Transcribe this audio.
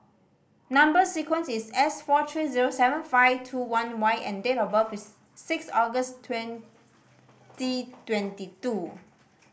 number sequence is S four three zero seven five two one Y and date of birth is six August twenty twenty two